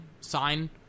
Sign